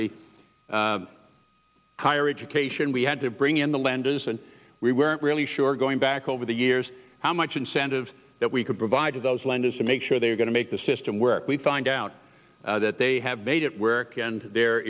the higher education we had to bring in the lenders and we weren't really sure going back over the years how much incentive that we could provide to those lenders to make sure they are going to make the system work we find out that they have made it work and there